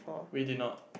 we did not